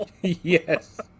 Yes